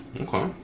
Okay